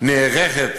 נערכת